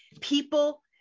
People